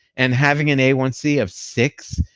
and having an a one c of six,